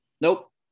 Nope